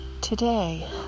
Today